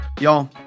Y'all